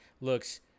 looks